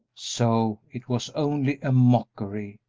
so it was only a mockery,